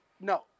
no